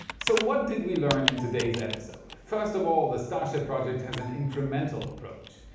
so, what did we learn in todays episode? first of all, the starship project has an incremental approach.